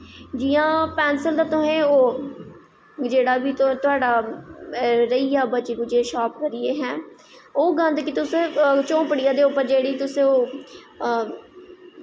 जियां पैंसल दा तुसें जेह्ड़ा बी तु रेेहियां शार्प करी कुरियां हैं ओह् गंद गी तुस झोंपड़िया दे उप्पर जेह्ड़ी तुस